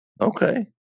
Okay